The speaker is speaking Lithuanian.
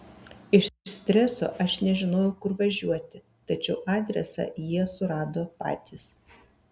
iš streso aš nežinojau kur važiuoti tačiau adresą jie surado patys